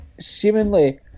seemingly